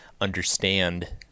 understand